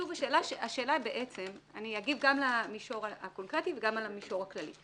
אני אגיב גם למישור הקונקרטי וגם על המישור הכללי.